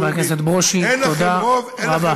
חבר הכנסת ברושי, תודה רבה.